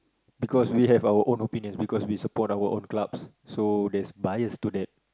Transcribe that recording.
because we have our own opinion because we support our own clubs so there's bias to that